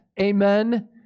Amen